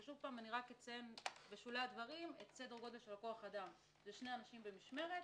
ורק אציין בשולי הדברים את סדר הגודל של כוח אדם 2 אנשים במשמרת,